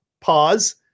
pause